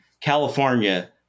California